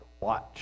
watch